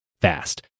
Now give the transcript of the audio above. fast